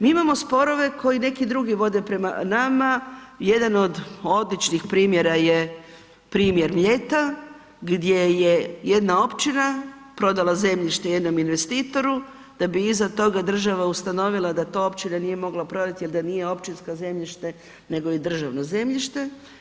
Mi imamo sporove koji neki druge vode prema nama, jedan od odličnih primjera je primjer Mljeta gdje je jedna općina prodala zemljište jednom investitoru da bi iza toga država ustanovila da to općina nije mogla prodati jel da nije općinsko zemljište nego je državno zemljište.